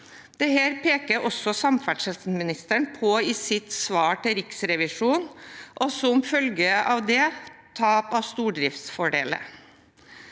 dette peker også samferdselsministeren på i sitt svar til Riksrevisjonen – og som følge av det har man fått tap av stordriftsfordeler.